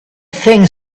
think